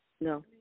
No